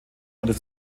oder